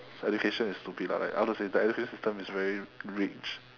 education is stupid lah like I wanna say the education system is very